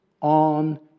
on